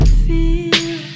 feel